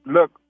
Look